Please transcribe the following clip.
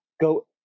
go